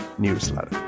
Newsletter